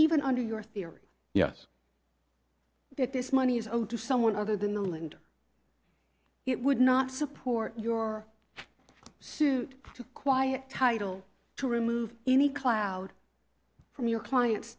even under your theory yes that this money is owed to someone other than the and it would not support your suit to quiet title to remove any cloud from your client